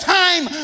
time